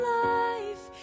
life